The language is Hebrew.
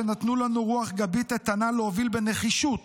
שנתנו לנו רוח גבית איתנה להוביל בנחישות